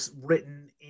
written